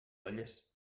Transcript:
olles